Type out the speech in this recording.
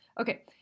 Okay